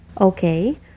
Okay